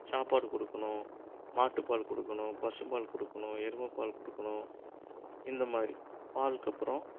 சாப்பாடு கொடுக்கணும் மாட்டு பால் கொடுக்கணும் பசும்பால் கொடுக்கணும் எருமை பால் கொடுக்கணும் இந்த மாதிரி பாலுக்கப்புறம்